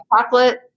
chocolate